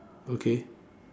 okay